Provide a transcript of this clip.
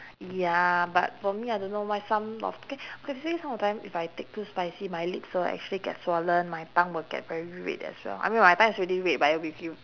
ya but for me I don't know why some of okay okay let say some of time if I take too spicy my lips will actually get swollen my tongue will get very red as well I mean my tongue's already red but it'll be